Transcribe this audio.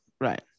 right